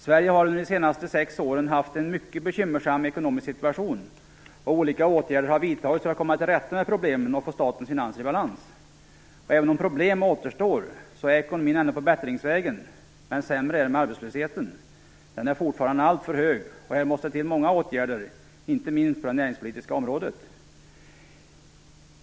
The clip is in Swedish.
Sverige har under de senaste sex åren haft en mycket bekymmersam ekonomisk situation. Olika åtgärder har vidtagits för att komma till rätta med problemen och få statens finanser i balans. Även om problem återstår är ekonomin ändå på bättringsvägen. Sämre är det med arbetslösheten, den är fortfarande alltför hög. Här måste det till många åtgärder, inte minst på det näringspolitiska området.